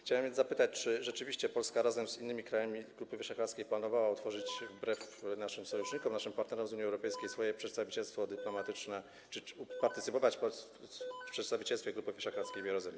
Chciałem więc zapytać: Czy rzeczywiście Polska razem z innymi krajami Grupy Wyszehradzkiej planowała otworzyć wbrew naszym sojusznikom, naszym partnerom z Unii Europejskiej, swoje przedstawicielstwo dyplomatyczne czy partycypować w przedstawicielstwie Grupy Wyszehradzkiej w Jerozolimie?